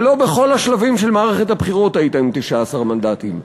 ולא בכל השלבים של מערכת הבחירות היית עם 19 מנדטים.